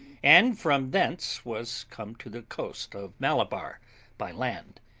and from thence was come to the coast of malabar by land,